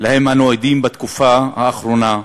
שאנו עדים להם בתקופה האחרונה,